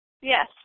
Yes